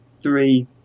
three